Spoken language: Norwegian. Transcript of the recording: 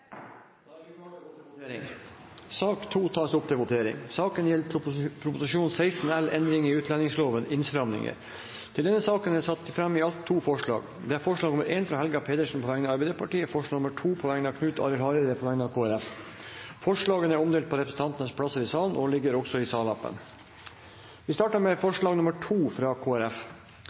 Da er vi klare til å gå til votering. Saken gjelder Prop. 16 L Endringer i utlendingsloven Under debatten er det satt fram i alt to forslag. Det er forslag nr. 1, fra Helga Pedersen på vegne av Arbeiderpartiet forslag nr. 2, fra Knut Arild Hareide på vegne av Kristelig Folkeparti Forslagene er omdelt på representantenes plasser i salen og ligger også i Salappen. Det voteres først over forslag nr. 2, fra Kristelig Folkeparti. Forslaget lyder: «III Loven oppheves fra og med